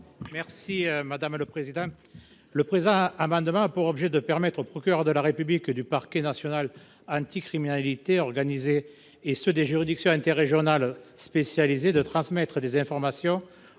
M. Laurent Burgoa. Le présent amendement a pour objet de permettre aux procureurs de la République du parquet national anticriminalité organisée et à ceux des juridictions interrégionales spécialisées de transmettre des informations